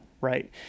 right